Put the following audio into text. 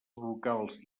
locals